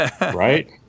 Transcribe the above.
Right